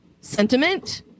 sentiment